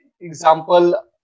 example